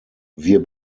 wir